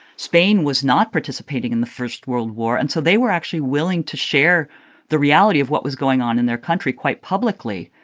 spain was not participating in the first world war, and so they were actually willing to share the reality of what was going on in their country quite publicly.